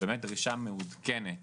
דרישה מעודכנת